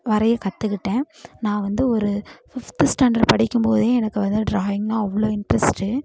வரைய கற்றுக்கிட்டேன் நான் வந்து ஒரு ஃபிஃப்த்து ஸ்டாண்டர்ட் படிக்கும் படிக்கும் போதே எனக்கு வந்து ட்ராயிங்னால் அவ்வளோ இன்ட்ரெஸ்ட்டு